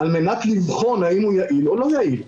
על מנת לבחון האם הוא יעיל או לא יעיל.